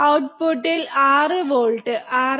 ഔട്ട്പുട്ടിൽ 6 വോൾട്ട് 6